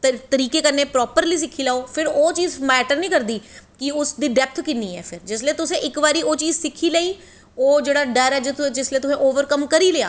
ते तरीके कन्नैं प्रापर्ली सिक्खी लैओ फिर ओह् चीज़ मैटर नी करदी कि उसदी डैप्थ किन्नी ऐ जिसलै तुसें इक बारी ओह् चीज़ सिक्खी लेई ओह् जेह्ड़ा डर ऐ तुसैं ओवरकम करी लेआ